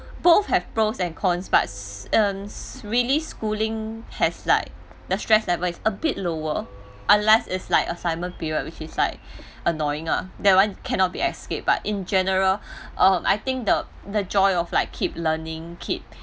both have pros and cons but s~ um s~ really schooling has like the stress level is a bit lower unless is like assignment period which is like annoying lah that one cannot be escape but in general um I think the the joy of like keep learning keep